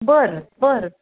बरं बरं